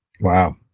Wow